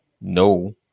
no